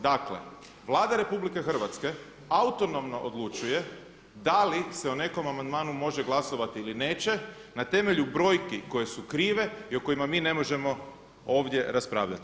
Dakle, Vlada RH autonomno odlučuje da li se o nekom amandmanu može glasovati ili neće na temelju brojki koje su krive i o kojima mi ne možemo ovdje raspravljati.